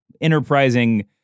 enterprising